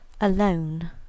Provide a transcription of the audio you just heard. Alone